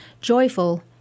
joyful